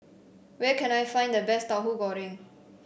where can I find the best Tauhu Goreng